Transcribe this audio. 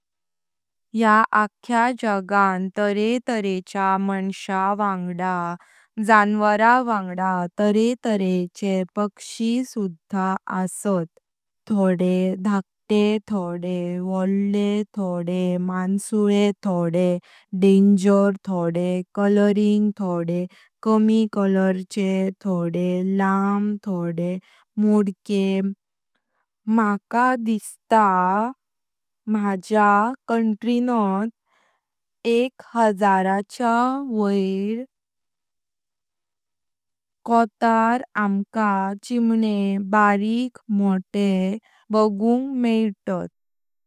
या आक्या जगांत तारे तारेच्या माणस वांगळा जनवार वांगळा तारे तारेचे पक्षी सुधा आसात। थोडे धाकटे थोडे वडले। थोडे माणसुले थोडे डांगर। थोडे कलरिंग थोडे कमी कलरचे। थोडे लाम थोडे मोटके। माका दिसता माझ्या कंट्र्यात एक हजाराच्या वयर कोटर आमका चिमणे बारिक मोटे बगुंग मेटले।